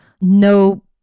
No